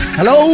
Hello